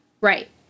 Right